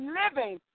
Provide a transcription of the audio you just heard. living